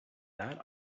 that